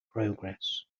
progress